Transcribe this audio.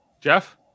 Jeff